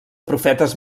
profetes